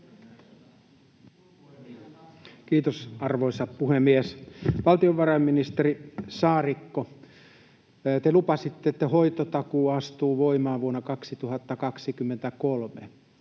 Kiitos, arvoisa puhemies! Valtiovarainministeri Saarikko, te lupasitte, että hoitotakuu astuu voimaan vuonna 2023.